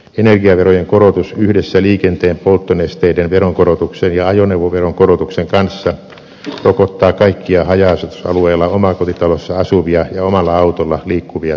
energiaverojen korotus yhdessä liikenteen polttonesteiden veronkorotuksen ja ajoneuvoveron korotuksen kanssa rokottaa kaikkia haja asutusalueella omakotitalossa asuvia ja omalla autolla liikkuvia suomalaisia